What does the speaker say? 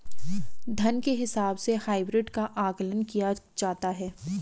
धन के हिसाब से हाइब्रिड का आकलन किया जाता है